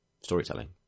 storytelling